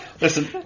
Listen